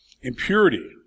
Impurity